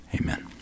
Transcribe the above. Amen